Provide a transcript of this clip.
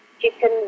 chicken